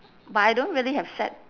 but I don't really have sad